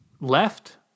left